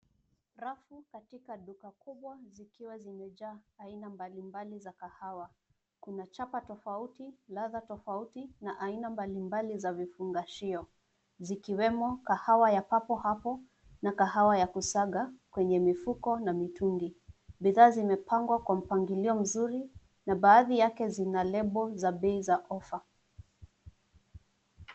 Rafu katika duka kubwa zikiwa zimejaa aina mbalimbali za kahawa. Kuna chapa tofauti, ladha tofauti na aina mbalimbali za vifungashio zikiwemo kahawa za papohapo na kahawa ya kusaga kwenye mifuko na mitungi. Bidhaa zimepangwa kwa mpangilio mzuri na baadhi yake zina lebo za bei za offer .